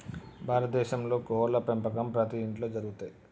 భారత దేశంలో కోడ్ల పెంపకం ప్రతి ఇంట్లో జరుగుతయ్